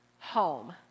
home